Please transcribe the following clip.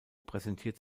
präsentiert